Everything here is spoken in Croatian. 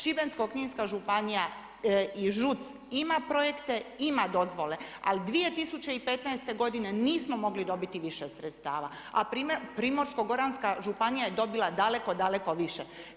Šibensko-kninska županija i ŽUC ima projekte, ima dozvole, ali 2015. godine nismo dobiti više sredstava, a Primorsko-goranska županija je dobila daleko, daleko više.